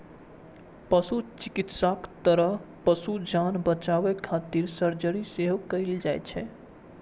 पशु चिकित्साक तहत पशुक जान बचाबै खातिर सर्जरी सेहो कैल जाइ छै